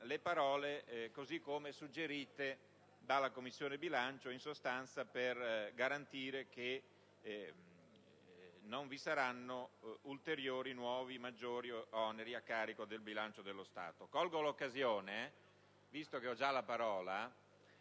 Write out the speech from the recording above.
le parole suggerite da quella Commissione per garantire che non vi saranno ulteriori nuovi o maggiori oneri a carico del bilancio dello Stato. Colgo l'occasione, visto che ho la parola,